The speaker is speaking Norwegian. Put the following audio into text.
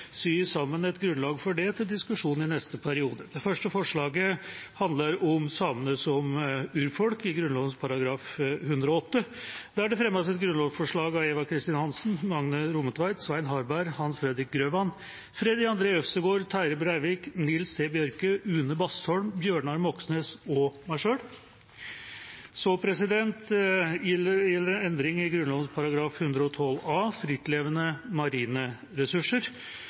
sammen et grunnlag for det til diskusjon i neste periode. Det første forslaget handler om samene som urfolk i Grunnloven § 108, der det fremmes et grunnlovsforslag av Eva Kristin Hansen, Magne Rommetveit, Svein Harberg, Hans Fredrik Grøvan, Freddy André Øvstegård, Terje Breivik, Nils T. Bjørke, Une Bastholm, Bjørnar Moxnes og meg selv. Så gjelder det en endring i Grunnloven § 112 a om frittlevende marine ressurser.